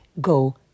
go